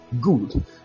Good